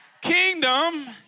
kingdom